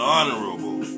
Honorable